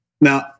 Now